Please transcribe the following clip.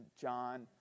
John